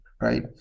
right